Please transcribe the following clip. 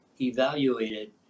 evaluated